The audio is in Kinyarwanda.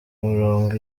murongo